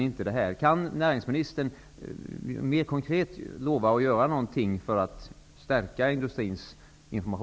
Sådana insatser har man gjort.